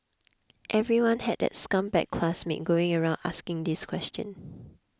everyone had that scumbag classmate going around asking this question